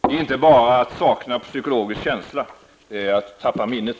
Det är inte bara att sakna psykologisk känsla, det är att tappa minnet.